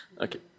Okay